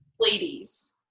Ladies